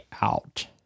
out